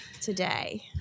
today